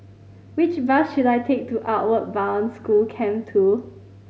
which bus should I take to Outward Bound School Camp Two